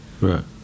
Right